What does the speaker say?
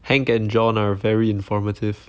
hank and john are very informative